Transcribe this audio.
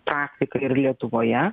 praktiką ir lietuvoje